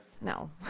No